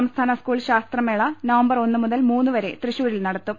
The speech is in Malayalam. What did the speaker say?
സംസ്ഥാന സ്കൂൾ ശാസ്ത്രമേള നവംബർ ഒന്നു മുതൽ മൂന്നു വരെ തൃശൂരിൽ നടത്തും